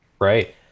Right